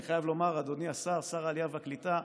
אני חייב לומר, אדוני השר, שר העלייה והקליטה,